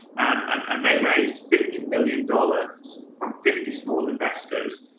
and and they raised fifty million dollars from fifty small investors,